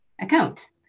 account